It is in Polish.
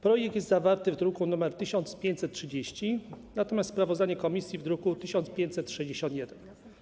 Projekt jest zawarty w druku nr 1530, a sprawozdanie komisji - w druku nr 1561.